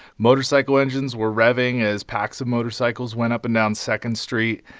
motorcycle engines were revving as packs of motorcycles went up and down second street.